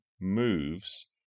moves